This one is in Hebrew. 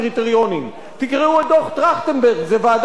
תקראו את דוח-טרכטנברג, זו ועדה שאתם מיניתם.